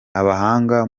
abahanga